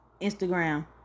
Instagram